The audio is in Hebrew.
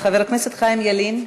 חבר הכנסת חיים ילין.